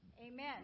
Amen